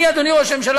אדוני ראש הממשלה,